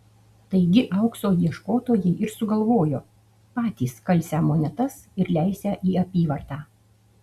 taigi aukso ieškotojai ir sugalvojo patys kalsią monetas ir leisią į apyvartą